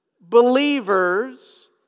believers